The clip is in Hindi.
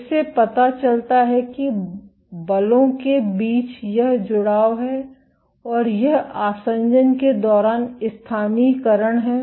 इससे पता चलता है कि बलों के बीच यह जुड़ाव है और यह आसंजन के दौरान स्थानीयकरण है